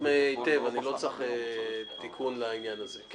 ארז, לשאלה של תומר?